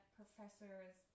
professors